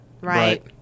Right